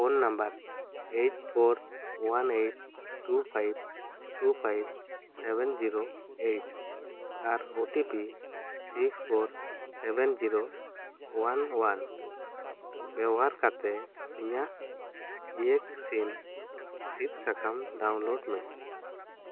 phone number eight four one eight two five two five seven zero eight ᱟᱨ OTP six four seven zero one one ᱵᱮᱵᱚᱦᱟᱨ ᱠᱟᱛᱮᱜ ᱤᱧᱟᱹᱜ ᱤᱭᱮᱠ ᱥᱤᱱ ᱥᱤᱫ ᱥᱟᱠᱟᱢ ᱰᱟᱣᱩᱱᱞᱳᱰ ᱢᱮ